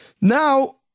Now